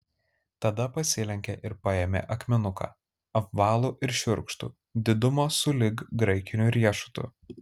tada pasilenkė ir paėmė akmenuką apvalų ir šiurkštų didumo sulig graikiniu riešutu